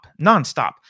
nonstop